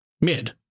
mid